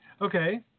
Okay